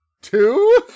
two